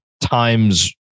times